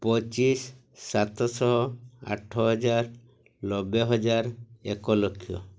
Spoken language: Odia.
ପଚିଶ ସାତଶହ ଆଠ ହଜାର ନବେ ହଜାର ଏକଲକ୍ଷ